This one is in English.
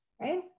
Right